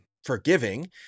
forgiving